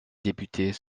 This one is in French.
députés